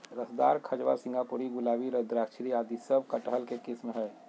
रसदार, खजवा, सिंगापुरी, गुलाबी, रुद्राक्षी आदि सब कटहल के किस्म हय